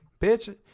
bitch